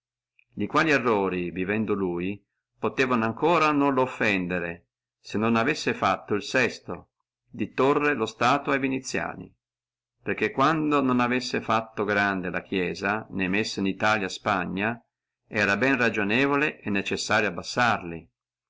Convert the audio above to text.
colonie e quali errori ancora vivendo lui possevano non lo offendere se non avessi fatto el sesto di tòrre lo stato a viniziani perché quando non avessi fatto grande la chiesia né messo in italia spagna era ben ragionevole e necessario abbassarli